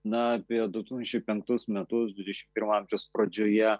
na apie du tūkstančiai penktus metus dvidešimt pirmo amžiaus pradžioje